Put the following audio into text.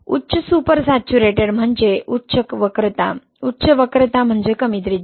उच्च super saturated म्हणजे उच्च वक्रता उच्च वक्रता म्हणजे कमी त्रिज्या